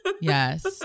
Yes